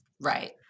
Right